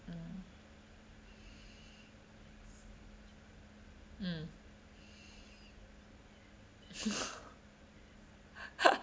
mm mm